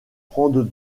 prendre